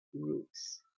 roots